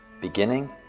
Beginning